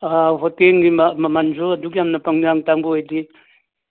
ꯍꯣꯇꯦꯜꯒꯤ ꯃꯃꯟꯁꯨ ꯑꯗꯨꯛꯌꯥꯝꯅ ꯄꯪꯇꯥꯡ ꯇꯥꯡꯕ ꯑꯣꯏꯗꯦ